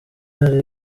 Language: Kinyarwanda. hari